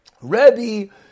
Rebbe